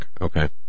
okay